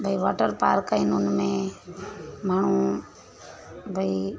भई वॉटरपार्क आहिनि हुन में माण्हू भई